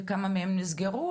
וכמה מהם נסגרו,